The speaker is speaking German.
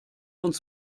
uns